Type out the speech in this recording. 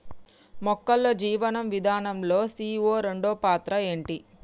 మొక్కల్లో జీవనం విధానం లో సీ.ఓ రెండు పాత్ర ఏంటి?